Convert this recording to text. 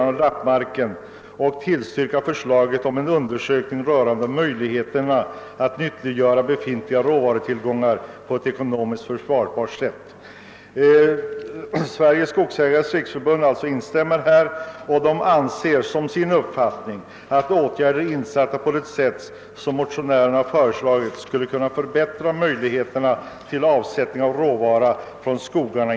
Som herr Sveningsson sade finns i reservationen med en fråga som redan har behandlats, nämligen partistödet. Beträffande folkomröstningsinstitutet berörde herr Sveningsson frågan om kommunerna, Det är att observera att den utredning som är tillsatt bl.a. har den frågan i sina direktiv. Jag föreställer mig att grundlagberedningen inte kan komma förbi saken.